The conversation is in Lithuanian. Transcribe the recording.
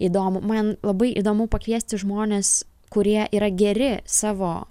įdomų man labai įdomu pakviesti žmones kurie yra geri savo